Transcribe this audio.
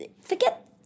forget